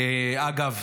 אגב,